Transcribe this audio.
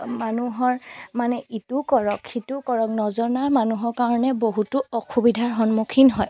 মানুহৰ মানে ইটো কৰক সিটো কৰক নজনা মানুহৰ কাৰণে বহুতো অসুবিধাৰ সন্মুখীন হয়